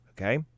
okay